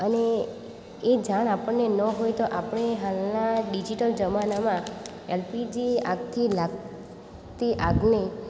અને એ જાણ આપણને ન હોય તો આપણે હાલના ડિજિટલ જમાનામાં એલપીજી આગથી લાગતી આગને